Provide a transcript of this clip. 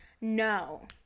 No